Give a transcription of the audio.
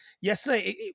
yesterday